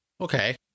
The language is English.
okay